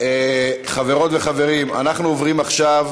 חברות וחברים, אנחנו עוברים עכשיו